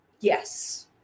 Yes